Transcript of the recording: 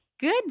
Good